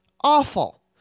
Awful